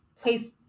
place